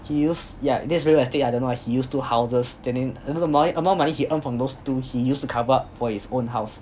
he use yeah that's real estate ah I don't know ah he use two houses and then the amount of the amount of money he earned from those two he use to cover up for his own house